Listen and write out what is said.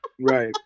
Right